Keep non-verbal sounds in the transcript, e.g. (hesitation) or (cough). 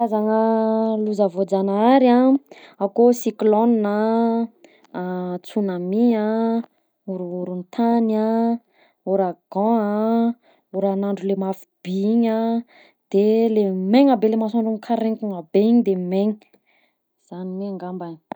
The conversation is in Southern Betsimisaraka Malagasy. Karazana loza voajanahary a: akao cyclone a, (hesitation) tsunami a, horohorontany an, ouragan a, oragn'andro le mafy be igny a, de la megna be le masoandro mikarainkona be igny de megna zany mi angambany.